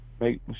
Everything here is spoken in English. make